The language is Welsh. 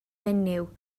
menyw